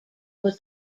was